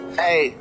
hey